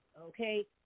Okay